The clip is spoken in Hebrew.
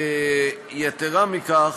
יתרה מכך,